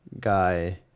guy